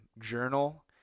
journal